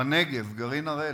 בנגב, גרעין הראל.